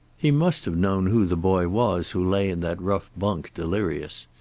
he must have known who the boy was who lay in that rough bunk, delirious.